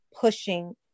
pushing